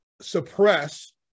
suppress